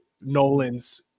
Nolan's